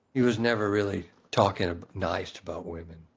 he was never really talking nice about women